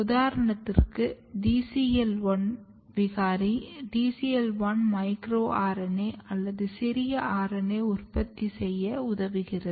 உதாரணத்திற்கு DCL 1 விகாரி DCL 1 micro RNA அல்லது சிறிய RNA உற்பத்தி செய்ய உதவுகிறது